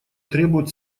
требует